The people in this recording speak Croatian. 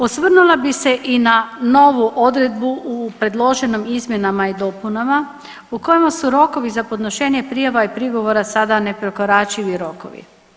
Osvrnula bi se i na novu odredbu u predloženim izmjenama i dopunama u kojima su rokovi za podnošenje prijava i prigovora sada neprekoračivi rokovi.